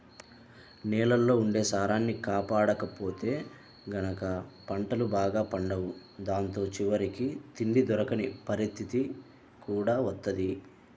నేలల్లో ఉండే సారాన్ని కాపాడకపోతే గనక పంటలు బాగా పండవు దాంతో చివరికి తిండి దొరకని పరిత్తితి కూడా వత్తది